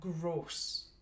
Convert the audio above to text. gross